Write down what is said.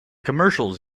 commercials